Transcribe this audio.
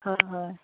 হয় হয়